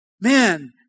man